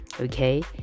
Okay